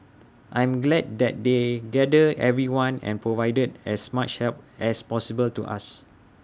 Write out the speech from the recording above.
I am glad that they gathered everyone and provided as much help as possible to us